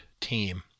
team